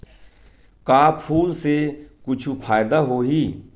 का फूल से कुछु फ़ायदा होही?